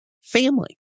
family